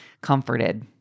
comforted